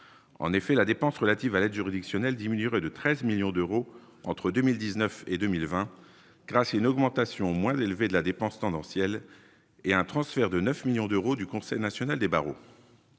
en effet, la dépense relatives à l'aide juridictionnelle de 13 millions d'euros entre 2000 19 et 2020 grâce à une augmentation moins élevé de la dépense tendancielle et un transfert de 9 millions d'euros du Conseil national des barreaux,